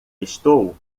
estou